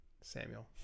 samuel